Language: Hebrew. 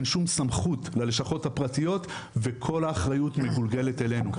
אין שום סמכות ללשכות הפרטיות וכל האחריות מגולגלת אלינו.